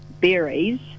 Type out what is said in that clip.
berries